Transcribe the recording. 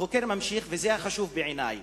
החוקר ממשיך, וזה החשוב בעיני: